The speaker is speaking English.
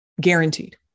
guaranteed